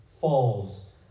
falls